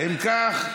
אם כך,